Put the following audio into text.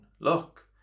Look